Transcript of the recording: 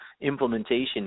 implementation